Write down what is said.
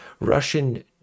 Russian